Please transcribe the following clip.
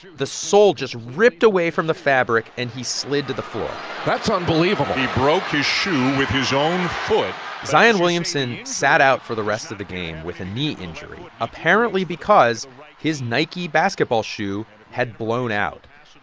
the sole just ripped away from the fabric, and he slid to the floor that's unbelievable he broke his shoe with his own foot zion williamson sat out for the rest of the game with a knee injury, apparently because his nike basketball shoe had blown out.